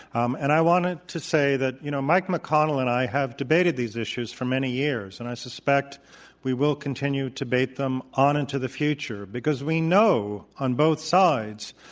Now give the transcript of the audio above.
um and i wanted to say that you know mike mcconnell and i have debated these issues for many years. and i suspect we will continue to debate them on into the future because we know, on both sides,